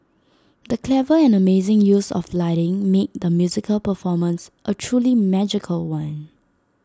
the clever and amazing use of lighting made the musical performance A truly magical one